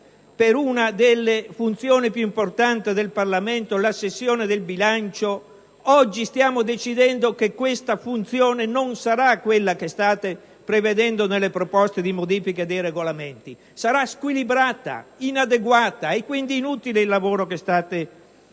per una delle funzioni più importanti del Parlamento, la sessione di bilancio, stiamo oggi decidendo che questa funzione non sarà quella che state prevedendo nelle proposte di modifica dei Regolamenti? Sarà dunque squilibrata, inadeguata, e quindi è inutile il lavoro che state facendo.